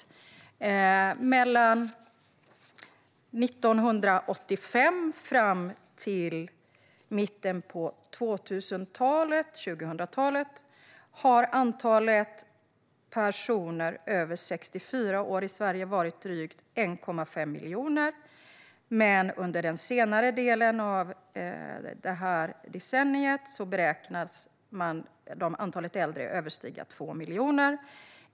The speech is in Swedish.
Från 1985 fram till mitten av 00-talet har antalet personer över 64 år i Sverige varit drygt 1,5 miljoner, men under den senare delen av det här decenniet beräknas antalet äldre överstiga 2 miljoner.